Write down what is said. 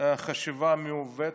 חשיבה מעוותת,